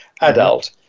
adult